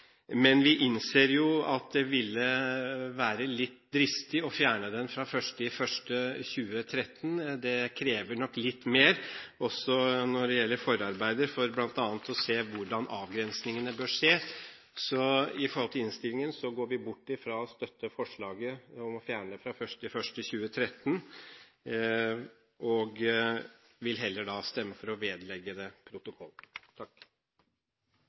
men vi innser at det ville være litt dristig å fjerne den fra 1. januar 2013. Det krever nok litt mer også når det gjelder forarbeider, for bl.a. å se hvordan avgrensingene bør skje. Så når det gjelder innstillingen, går vi bort fra å støtte forlaget om å fjerne formuesskatten fra 1. januar 2013, og vil heller stemme for å vedlegge det protokollen.